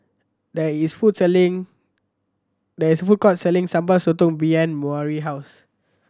there is food selling there is a food court selling Sambal Sotong behind Maury house